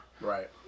Right